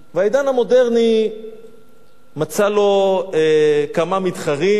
העידן המודרני מצא לו כמה מתחרים.